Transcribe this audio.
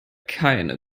keine